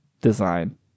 design